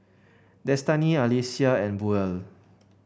Destany Alecia and Buell